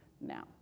now